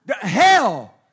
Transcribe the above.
Hell